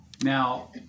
Now